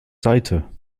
seite